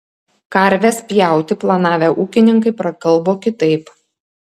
karves pjauti planavę ūkininkai prakalbo kitaip